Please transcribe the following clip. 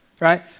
right